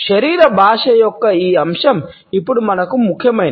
శరీర భాష యొక్క ఈ అంశం ఇప్పుడు మనకు ముఖ్యమైనది